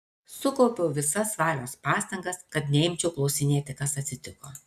sukaupiau visas valios pastangas kad neimčiau klausinėti kas atsitiko